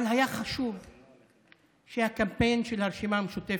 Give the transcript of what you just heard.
אבל היה חשוב שהקמפיין של הרשימה המשותפת,